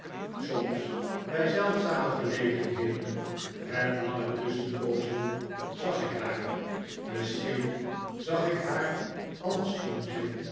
soms bij zeldzame gelegenheden met lange tusschenpoozen zag ik haar misschien zag ik haar